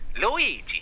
Luigi